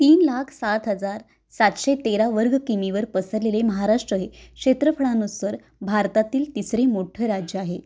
तीन लाख सात हजार सातशे तेरा वर्ग किमीवर पसरलेले महाराष्ट्र हे क्षेत्रफळानुसार भारतातील तिसरे मोठ्ठं राज्य आहे